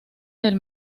del